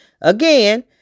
Again